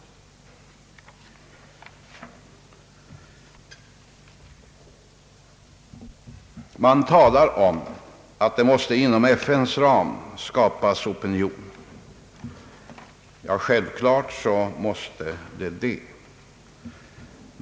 Man talar om att det inom FN:s ram måste skapas opinion. Självklart måste detta ske.